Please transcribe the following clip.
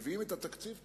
כשמביאים את התקציב כולו,